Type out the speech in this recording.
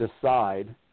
decide